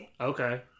Okay